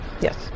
Yes